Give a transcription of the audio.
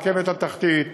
הרכבת התחתית,